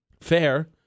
fair